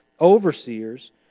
overseers